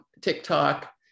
TikTok